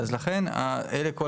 לכן אלה כל